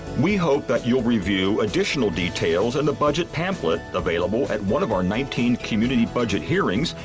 we hope that you'll review additional details in the budget pamphlet available at one of our nineteen community budget hearings,